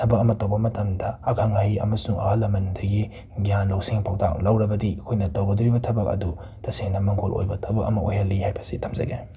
ꯊꯕꯛ ꯑꯃ ꯇꯧꯕ ꯃꯇꯝꯗ ꯑꯈꯪ ꯑꯍꯩ ꯑꯃꯁꯨꯡ ꯑꯍꯜ ꯂꯃꯟꯗꯒꯤ ꯒ꯭ꯌꯥꯟ ꯂꯧꯁꯤꯡ ꯄꯥꯎꯇꯥꯛ ꯂꯧꯔꯕꯗꯤ ꯑꯩꯈꯣꯏꯅ ꯇꯧꯒꯗꯧꯔꯤꯕ ꯊꯕꯛ ꯑꯗꯨ ꯇꯁꯦꯡꯅ ꯃꯪꯒꯣꯜ ꯑꯣꯏꯕ ꯊꯕꯛ ꯑꯃ ꯑꯣꯏꯍꯜꯂꯤ ꯍꯥꯏꯕꯁꯤ ꯊꯝꯖꯒꯦ